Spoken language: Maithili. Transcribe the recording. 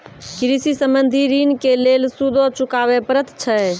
कृषि संबंधी ॠण के लेल सूदो चुकावे पड़त छै?